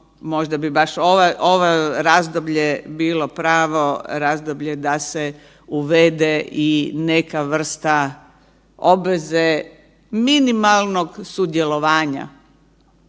možda bi baš ovo razdoblje bilo pravo razdoblje da se uvede i neka vrsta obveze minimalnog sudjelovanja